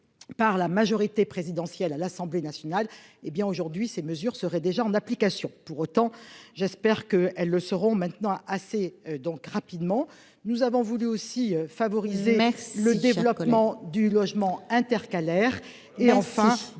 Par la majorité présidentielle à l'Assemblée nationale. Eh bien aujourd'hui, ces mesures seraient déjà en application. Pour autant, j'espère que, elles le seront maintenant assez donc rapidement, nous avons voulu aussi favoriser le développement du logement intercalaires